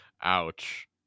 Ouch